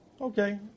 Okay